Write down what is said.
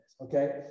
Okay